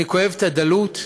אני כואב את הדלות,